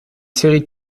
série